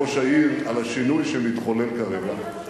העיר הזאת ענייה,